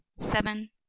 seven